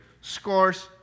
scores